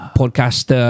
podcast